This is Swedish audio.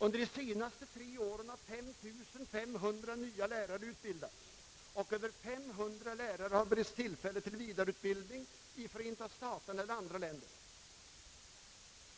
Under de senaste tre åren har 5 500 nya lärare utbildats, och över 500 lärare har beretts tillfälle till vidareutbildning i Förenta staterna eller andra länder.